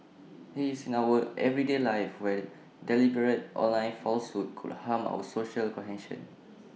he's in our everyday lives where deliberate online falsehoods could harm our social cohesion